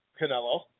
Canelo